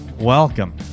Welcome